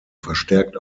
verstärkt